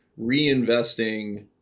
reinvesting